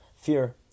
fear